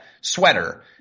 sweater